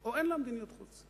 או אין לה מדיניות חוץ.